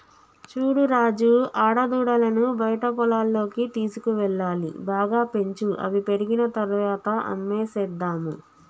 చూడు రాజు ఆడదూడలను బయట పొలాల్లోకి తీసుకువెళ్లాలి బాగా పెంచు అవి పెరిగిన తర్వాత అమ్మేసేద్దాము